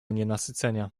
nienasycenia